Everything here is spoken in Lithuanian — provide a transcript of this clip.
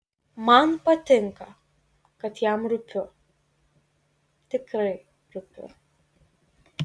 man patinka kad jam rūpiu tikrai rūpiu